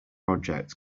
project